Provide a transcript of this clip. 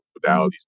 modalities